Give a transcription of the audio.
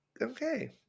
okay